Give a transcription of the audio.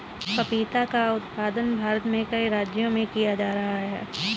पपीता का उत्पादन भारत में कई राज्यों में किया जा रहा है